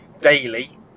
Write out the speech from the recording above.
daily